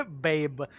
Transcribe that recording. Babe